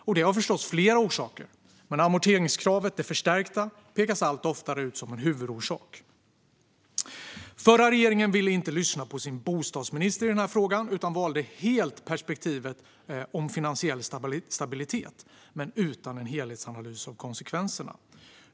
Detta har förstås flera orsaker, men det förstärkta amorteringskravet pekas allt oftare ut som en huvudorsak. Den förra regeringen ville inte lyssna på sin bostadsminister i denna fråga utan valde helt perspektivet finansiell stabilitet, utan en helhetsanalys av konsekvenserna.